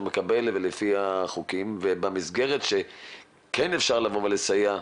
מקבל ולפי החוקים ובמסגרת שכן אפשר לבוא ולסייע,